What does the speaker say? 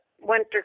winter